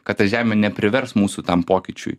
kad ta žemė neprivers mūsų tam pokyčiui